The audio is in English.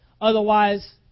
Otherwise